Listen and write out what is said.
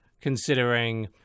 considering